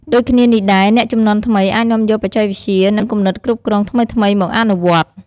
ដូចគ្នានេះដែរ អ្នកជំនាន់ថ្មីអាចនាំយកបច្ចេកវិទ្យា និងគំនិតគ្រប់គ្រងថ្មីៗមកអនុវត្តន៍។